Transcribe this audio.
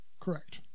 Correct